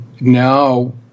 now